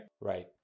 right